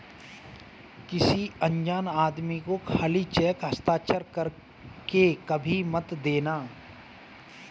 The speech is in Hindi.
किसी अनजान आदमी को खाली चेक हस्ताक्षर कर के कभी मत देना